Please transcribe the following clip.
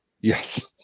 Yes